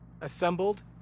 assembled